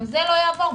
גם זה לא יעבור,